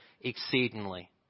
exceedingly